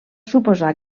suposar